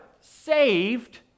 saved